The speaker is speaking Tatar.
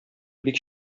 бик